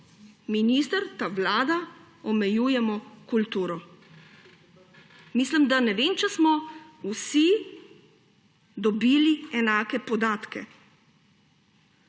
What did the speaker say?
minister, ta vlada, omejujemo kulturo. Mislim, da ne vem, če smo vsi dobili enake podatke.